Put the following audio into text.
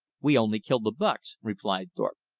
we only kill the bucks, replied thorpe.